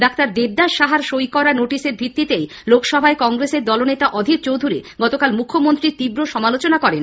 doctor Debdas সাহার সই করা নোটিশের ভিত্তিতেই লোকসভায় কংগ্রেসের দলনেতা অধীর চৌধুরী গতকাল মুখ্যমন্ত্রীর তীব্র সমালোচনা করেন